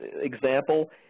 example